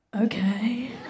Okay